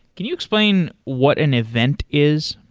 can you explain what an event is?